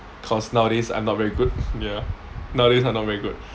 cause nowadays I'm not very good ya nowadays I'm not very good